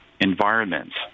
environments